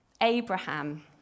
Abraham